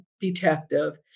detective